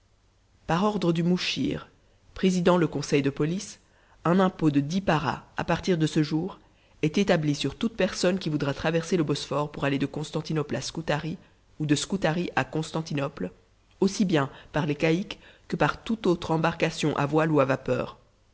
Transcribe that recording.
par ordre du muchir présidant le conseil de police un impôt de dix paras à partir de ce jour est établi sur toute personne qui voudra traverser le bosphore pour aller de constantinople à scutari ou de scutari à constantinople aussi bien par les caïques que par toute autre embarcation à voile ou à vapeur